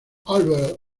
albert